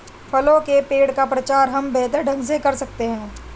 फलों के पेड़ का प्रचार हम बेहतर ढंग से कर सकते हैं